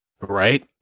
Right